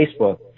Facebook